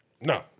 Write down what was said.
No